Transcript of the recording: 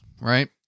right